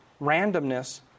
randomness